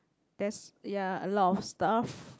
that's ya a lot of stuff